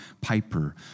Piper